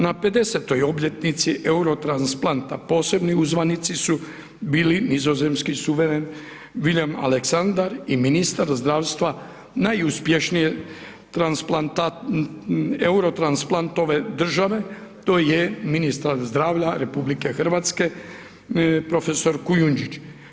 Na 50.-toj obljetnici Eurotransplanta, posebni uzvanici su bili nizozemski suveren Wiliam Alexandar i ministar zdravstva najuspješnije Eurotransplantove države, to je ministar zdravlja RH prof. Kujundžić.